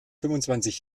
fünfundzwanzig